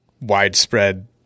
widespread